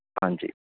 ਹਾਂਜੀ